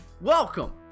Welcome